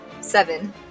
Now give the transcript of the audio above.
Seven